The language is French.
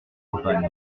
campagnes